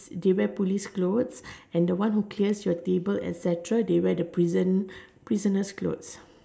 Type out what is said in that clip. they wear police clothes and the one who clears your table and etcetera they wear the prison prisoner's clothes